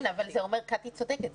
אבל קטי צודקת.